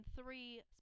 three